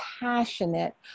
passionate